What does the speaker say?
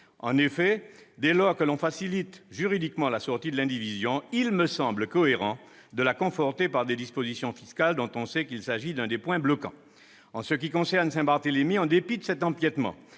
En effet, dès lors que l'on facilite juridiquement la sortie de l'indivision, il semble cohérent de conforter ce mouvement par des dispositions fiscales puisque l'on sait qu'il s'agit là de l'un des points bloquants. En ce qui concerne Saint-Barthélemy, en dépit de cet empiétement,